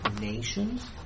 nations